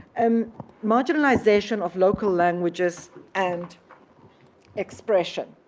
um marginalization of local languages and expression.